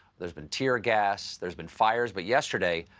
there's been tear gas. there's been fires. but yesterday,